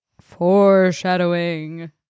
Foreshadowing